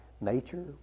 nature